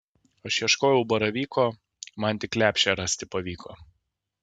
aš ieškojau baravyko man tik lepšę rasti pavyko